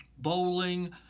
bowling